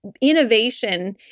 innovation